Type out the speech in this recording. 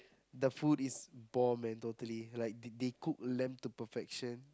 the food is bomb man totally like they cook lamb to perfection